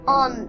on